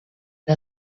der